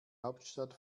hauptstadt